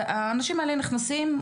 והאנשים האלה נכנסים,